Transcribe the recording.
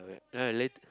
okay then I'm late